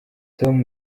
tom